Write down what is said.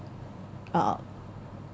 uh